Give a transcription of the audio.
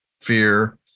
fear